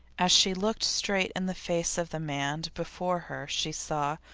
as she looked straight in the face of the man before her she saw,